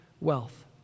wealth